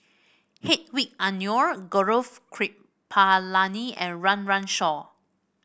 Hedwig Anuar Gaurav Kripalani and Run Run Shaw